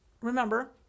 remember